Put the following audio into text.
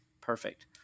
perfect